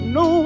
no